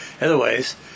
Otherwise